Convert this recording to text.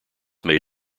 made